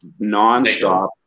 nonstop